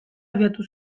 abiatuko